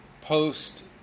post